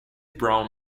brown